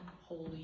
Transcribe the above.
Holy